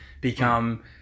become